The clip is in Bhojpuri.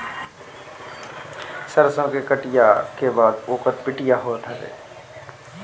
सरसो के कटिया के बाद ओकर पिटिया होत हवे